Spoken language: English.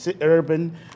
urban